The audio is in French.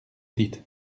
dites